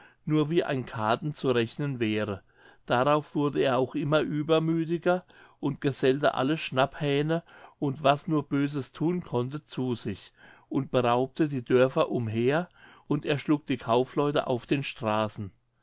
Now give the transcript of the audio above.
nur wie ein kathen zu rechnen wäre darauf wurde er auch immer übermüthiger und gesellte alle schnapphähne und was nur böses thun konnte zu sich und beraubte die dörfer umher und erschlug die kaufleute auf den straßen